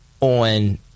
on